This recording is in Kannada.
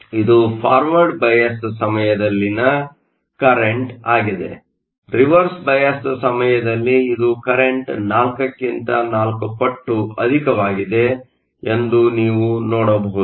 ಆದ್ದರಿಂದ ಇದು ಫಾರ್ವರ್ಡ್ ಬಯಾಸ್Forward biasನ ಸಮಯದಲ್ಲಿನ ಕರೆಂಟ್Current ಆಗಿದೆ ರಿವರ್ಸ್ಡ್ ಬಯಾಸ್Reverse bias ಸಮಯದಲ್ಲಿ ಇದು ಕರೆಂಟ್Current ಕ್ಕಿಂತ 4 ಪಟ್ಟು ಅಧಿಕವಾಗಿದೆ ಎಂದು ನೀವು ನೋಡಬಹುದು